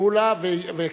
מולה וכץ.